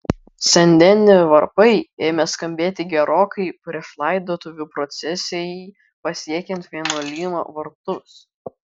sen deni varpai ėmė skambėti gerokai prieš laidotuvių procesijai pasiekiant vienuolyno vartus